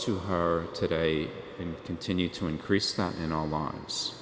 to her today and continue to increase not in all lines